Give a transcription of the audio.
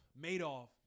Madoff